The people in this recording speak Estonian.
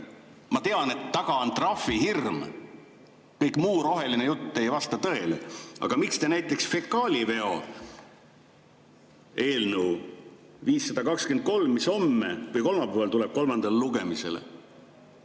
Ma tean, et taga on trahvihirm. Kõik muu, see roheline jutt ei vasta tõele. Aga miks te näiteks fekaaliveo eelnõu 523, mis kolmapäeval tuleb kolmandale lugemisele,